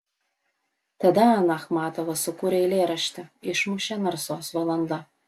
tada ana achmatova sukūrė eilėraštį išmušė narsos valanda